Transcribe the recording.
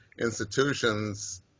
institutions